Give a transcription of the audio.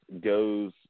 goes